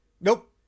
Nope